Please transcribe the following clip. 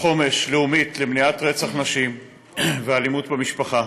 חומש לאומית למניעת רצח נשים ואלימות במשפחה.